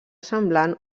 semblant